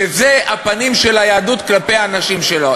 שאלה הפנים של היהדות כלפי הנשים שלה.